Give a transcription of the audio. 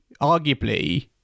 arguably